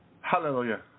hallelujah